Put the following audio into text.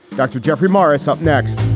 dr. jeffrey morris up next